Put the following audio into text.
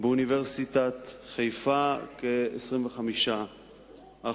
באוניברסיטת חיפה, כ-25%.